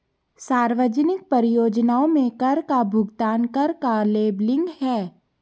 सार्वजनिक परियोजनाओं में कर का भुगतान कर का लेबलिंग है